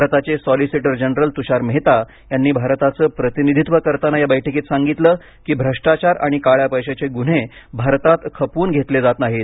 भारताचे solicitor general Tushar Mehta यांनी भारताचं प्रतिनिधीत्व करताना या बैठकीत सांगितलं की भ्रष्टाचार आणि काळ्या पैशाचे गुन्हे भारतात खपवून घेतले जात नाहीत